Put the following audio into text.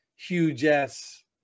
Huge-ass